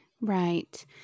Right